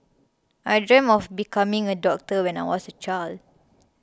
I dreamt of becoming a doctor when I was a child